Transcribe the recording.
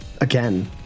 Again